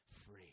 free